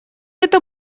это